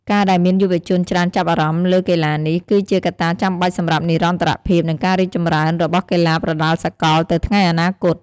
ការដែលមានយុវជនច្រើនចាប់អារម្មណ៍លើកីឡានេះ គឺជាកត្តាចាំបាច់សម្រាប់និរន្តរភាព និងការរីកចម្រើនរបស់កីឡាប្រដាល់សកលទៅថ្ងៃអនាគត។